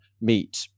meet